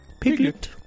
Piglet